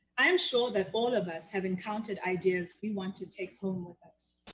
i am sure that all of us have encountered ideas we want to take home with us.